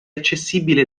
accessibile